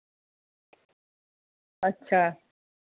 अच्छा